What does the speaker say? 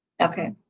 Okay